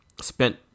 spent